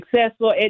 successful